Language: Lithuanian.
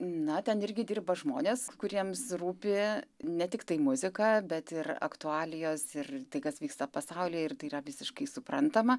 na ten irgi dirba žmonės kuriems rūpi ne tiktai muzika bet ir aktualijos ir tai kas vyksta pasaulyje ir tai yra visiškai suprantama